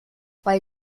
bei